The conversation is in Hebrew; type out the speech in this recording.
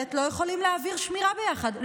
וחיילת לא יכולים להעביר שמירה ביחד?